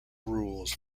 rules